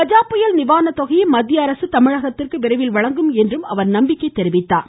கஜா புயல் நிவாரண தொகையை மத்திய அரசு தமிழகத்திற்கு விரைவில் வழங்கும் என்று நம்பிக்கை தெரிவித்தார்